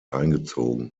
eingezogen